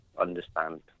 understand